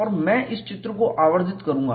और मैं इस चित्र को आवर्धित करूंगा